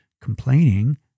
complaining